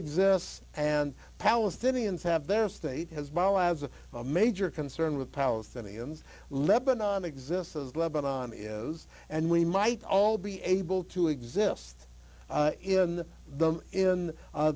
exists and palestinians have their state has well as a major concern with palestinians lebannon exists as lebanon is and we might all be able to exist in the in